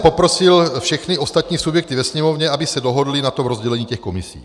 Poprosil jsem všechny ostatní subjekty ve Sněmovně, aby se dohodly na rozdělení komisí.